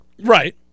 Right